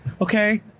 Okay